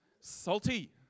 salty